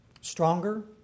Stronger